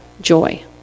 joy